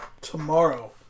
tomorrow